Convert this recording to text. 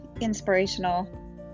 inspirational